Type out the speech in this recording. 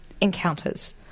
encounters